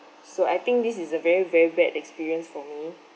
so I think this is a very very bad experience for me